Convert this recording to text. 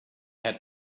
had